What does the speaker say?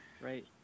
right